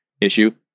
issue